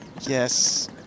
Yes